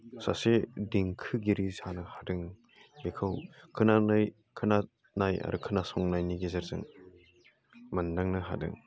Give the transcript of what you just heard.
सासे देंखोगिरि जानो हादों बेखौ खोनानाय खोनानाय आरो खोनासंनायनि गेजेरजों मोन्दांनो हादों